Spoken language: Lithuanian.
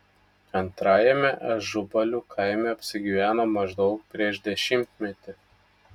antrajame ažubalių kaime apsigyveno maždaug prieš dešimtmetį